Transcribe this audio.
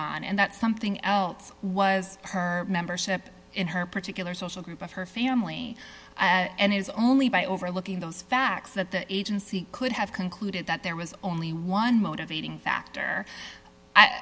on and that something else was her membership in her particular social group of her family and it is only by overlooking those facts that the agency could have concluded that there was only one motivating